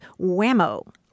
Whammo